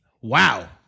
Wow